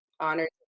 honored